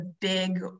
big